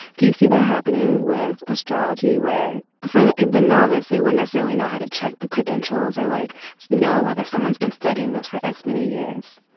do you see that happening with astrology where for the novice they wouldn't necessarily know how to check the credentials are like to know whether someone's been studying this for x many years